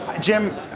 Jim